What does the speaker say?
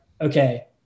okay